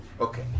Okay